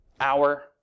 hour